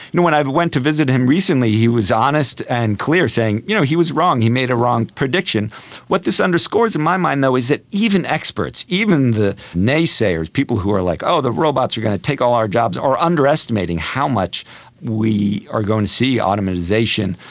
you know when i went to visit him recently he was honest and clear, saying you know he was wrong, he made a wrong prediction. what this underscores though in my mind though is that even experts, even the naysayers, the people who are, like, oh, the robots are going to take all our jobs' are underestimating how much we are going to see automisation,